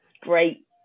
great